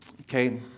Okay